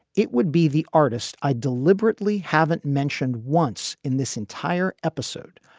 it would be the artist i deliberately haven't mentioned once in this entire episode.